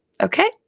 Okay